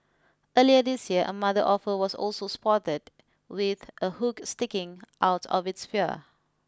earlier this year a mother offer was also spotted with a hook sticking out of its fear